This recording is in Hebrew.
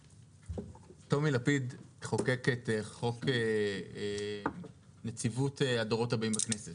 תומי לפיד חוקק את חוק נציבות הדורות הבאים בכנסת